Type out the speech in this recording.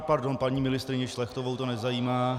Pardon, paní ministryni Šlechtovou to nezajímá.